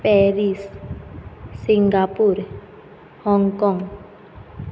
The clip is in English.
Paris Singapore Hong Kong